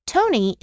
Tony